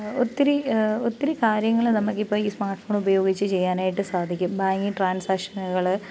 ഒത്തിരി ഒത്തിരി കാര്യങ്ങൾ നമുക്കിപ്പം ഈ സ്മാർട്ട് ഫോണുപയോഗിച്ച് ചെയ്യാനായിട്ട് സാധിക്കും ബാങ്കിംഗ് ട്രാൻസാഷനുകൾ